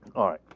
all right.